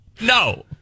no